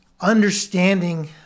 understanding